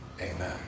Amen